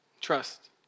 trust